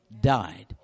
died